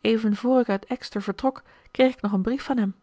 even voor ik uit exeter vertrok kreeg ik nog een brief van hem